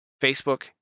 Facebook